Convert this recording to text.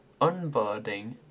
unboarding